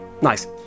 Nice